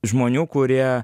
žmonių kurie